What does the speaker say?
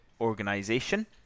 organization